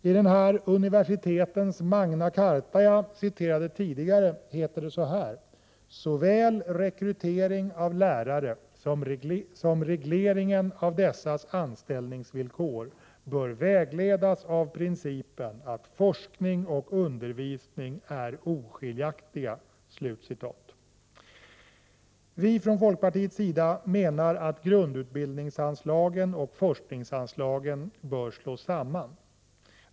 I den Universitetens Magna Charta, som jag förut citerade, säger man så här: ”Såväl rekryteringen av lärare som regleringen av dessas anställningsvillkor bör vägledas av principen att forskning och undervisning är oskiljaktiga Vi menar från folkpartiets sida att anslagen till forskning och grundutbildning bör slås samman.